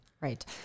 Right